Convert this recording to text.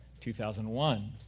2001